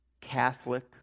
Catholic